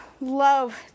love